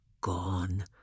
Gone